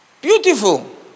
Beautiful